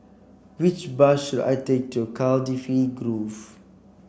which bus should I take to Cardifi Grove